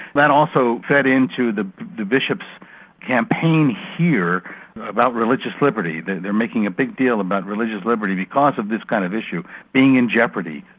that also fed into the the bishops' campaign here about religious liberty. they're making a big deal about religious liberty because of this kind of issue being in jeopardy.